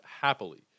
happily